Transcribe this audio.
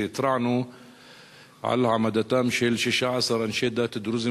והתרענו על העמדתם של 16 אנשי דת דרוזים